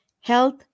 health